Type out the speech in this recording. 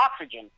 oxygen